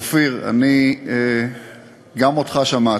אופיר, אני גם אותך שמעתי.